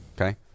Okay